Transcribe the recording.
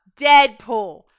Deadpool